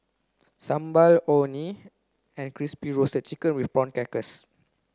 sambal orh nee and crispy roasted chicken with prawn crackers